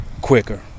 quicker